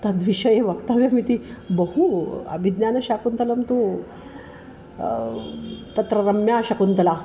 तद्विषये वक्तव्यम् इति बहु अभिज्ञानशाकुन्तलं तु तत्र रम्या शकुन्तला